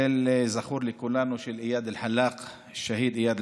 שזכור לכולנו, של השהיד איאד אלחלאק,